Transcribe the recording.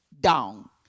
down